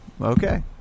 okay